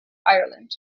ireland